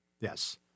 Yes